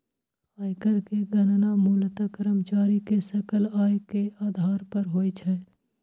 आयकर के गणना मूलतः कर्मचारी के सकल आय के आधार पर होइ छै